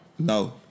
No